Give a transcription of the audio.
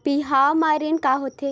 बिहाव म ऋण का होथे?